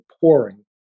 pouring